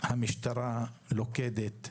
המשטרה לוכדת,